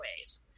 ways